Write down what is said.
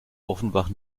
offenbach